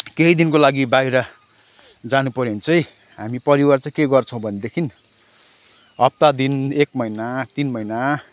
केही दिनको लागि बाहिर जानुपऱ्यो भने चाहिँ हामी परिवार चाहिँ के गर्छौँ भनेदेखि हप्ता दिन एक महिना तिन महिना